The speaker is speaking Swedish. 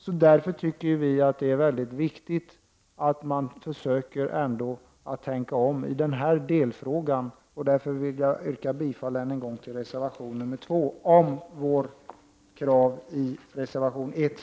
Vi menar därför att det är viktigt att man ändå försöker tänka om i denna delfråga, och jag vill därför, för den händelse vårt krav i reservation 1 skulle falla, än en gång yrka bifall till reservation 2.